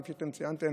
כפי שאתם ציינתם,